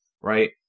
Right